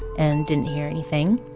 and didn't hear anything.